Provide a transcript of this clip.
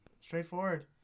Straightforward